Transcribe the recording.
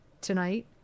tonight